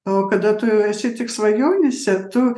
o kada tu esi tik svajonėse tu